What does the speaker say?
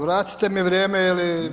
Vratite mi vrijeme ili